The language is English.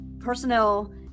personnel